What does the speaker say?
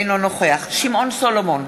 אינו נוכח שמעון סולומון,